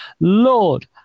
Lord